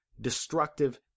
destructive